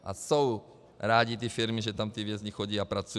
A jsou rády ty firmy, že tam vězni chodí a pracují.